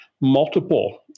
multiple